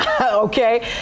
Okay